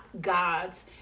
God's